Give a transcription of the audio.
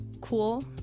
cool